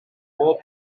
bob